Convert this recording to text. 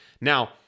Now